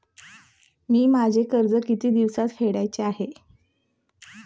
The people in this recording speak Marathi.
मी माझे कर्ज किती दिवसांत फेडायचे आहे?